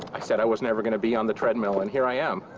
i said i was never going to be on the treadmill and here i am.